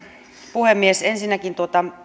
puhemies ensinnäkin